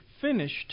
finished